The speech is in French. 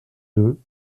deux